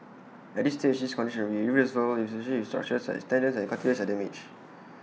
at this stage the contrary may resort especially if structures such as tendons and cartilage are damaged